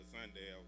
Sunday